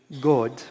God